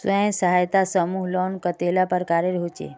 स्वयं सहायता समूह लोन कतेला प्रकारेर होचे?